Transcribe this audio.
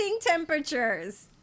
temperatures